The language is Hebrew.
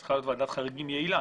שצריכה להיות ועדת חריגים יעילה.